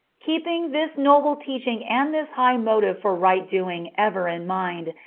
keeping this noble teaching and this high motive for right-doing ever in mind,